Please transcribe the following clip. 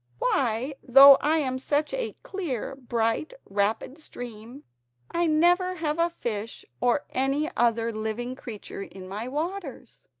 why, though i am such a clear, bright, rapid stream i never have a fish or any other living creature in my waters